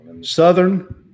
Southern